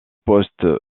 poste